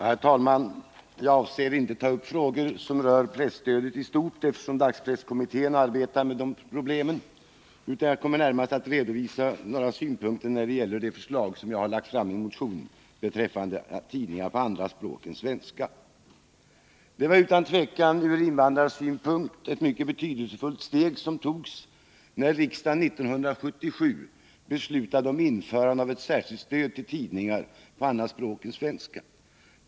Herr talman! Jag avser inte att ta upp frågor som rör presstödet i stort sett — dagspresskommittén arbetar ju med de problemen — utan jag kommer närmast att redovisa några synpunkter som gäller det förslag som jag har lagt fram i motionen beträffande tidningar som utges på andra språk än svenska. Det var utan tvivel ett ur invandrarsynpunkt mycket betydelsefullt steg som togs när riksdagen år 1977 beslutade om införande av ett särskilt stöd till tidningar på andra språk än svenska.